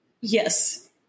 Yes